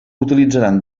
utilitzaran